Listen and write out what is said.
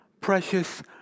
precious